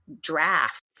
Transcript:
draft